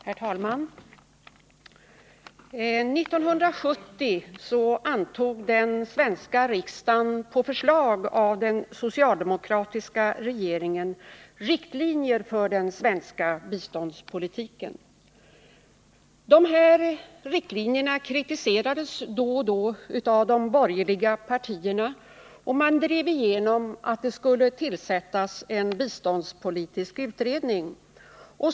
Herr talman! År 1970 antog den svenska riksdagen på förslag av den socialdemokratiska regeringen riktlinjer för den svenska biståndspolitiken. Dessa riktlinjer kritiserades då och då av de borgerliga partierna, och man drev igenom att det skulle tillsättas en biståndspolitisk utredning.